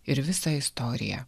ir visą istoriją